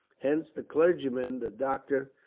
hence the clergyman, the doctor,